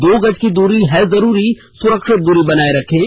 दो गज की दूरी है जरूरी सुरक्षित दूरी बनाए रखें